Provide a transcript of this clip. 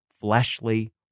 fleshly